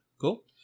Cool